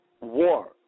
war